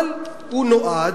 אבל הוא נועד,